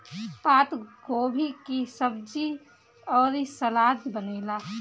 पातगोभी के सब्जी अउरी सलाद बनेला